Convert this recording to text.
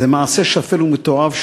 זה מעשה שפל ומתועב,